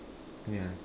yeah